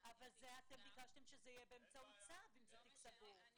--- אבל אתם ביקשתם שזה יהיה באמצעות צו אם זה תיק סגור.